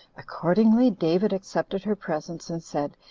accordingly, david accepted her presents, and said,